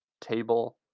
table